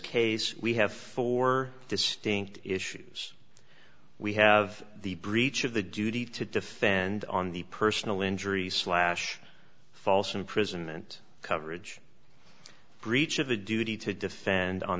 case we have four distinct issues we have the breach of the duty to defend and on the personal injury slash false imprisonment coverage breach of the duty to defend on